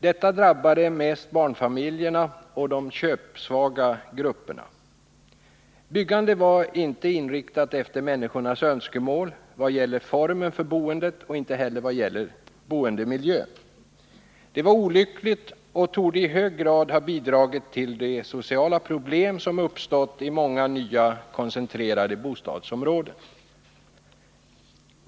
Detta drabbade mest barnfamiljerna och de köpsvaga grupperna. Byggandet var inte inriktat efter människornas önskemål vad gäller formen för boendet och inte heller vad gäller boendemiljön. Detta var olyckligt och torde i hög grad ha bidragit till de sociala problem som uppstått i många nya koncentrerade bostadsområden.